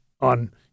on